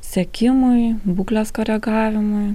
sekimui būklės koregavimui